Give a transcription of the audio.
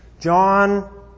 John